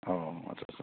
औ आदसा आदसा